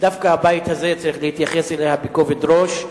שדווקא הבית הזה צריך להתייחס אליה בכובד ראש,